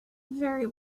very